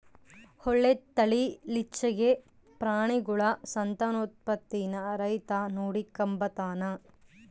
ಒಳ್ಳೆ ತಳೀಲಿಚ್ಚೆಗೆ ಪ್ರಾಣಿಗುಳ ಸಂತಾನೋತ್ಪತ್ತೀನ ರೈತ ನೋಡಿಕಂಬತಾನ